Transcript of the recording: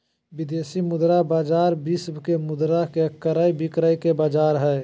विदेशी मुद्रा बाजार विश्व के मुद्रा के क्रय विक्रय के बाजार हय